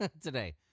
today